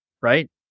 Right